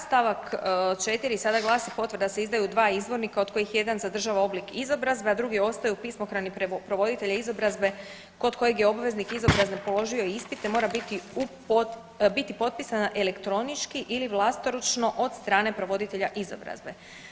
St. 4. sada glasi potvrda se izdaje u dva izvornika od kojih jedan zadržava oblik izobrazbe, a drugi ostaje u pismohrani provoditelja izobrazbe kod kojeg je obveznik izobrazbe položio ispite, mora biti potpisan elektronički ili vlastoručno od strane provoditelja izobrazbe.